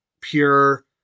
pure